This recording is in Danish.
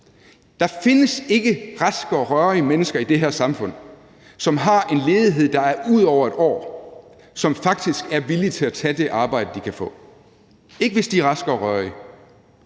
Der findes ikke raske og rørige mennesker i det her samfund, som har en ledighed, der er ud over 1 år, som faktisk er villige til at tage det arbejde, de kan få – ikke hvis de er raske og rørige.